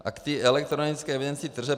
A k té elektronické evidenci tržeb.